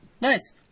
Nice